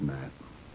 Matt